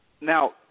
Now